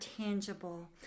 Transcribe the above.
tangible